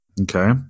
Okay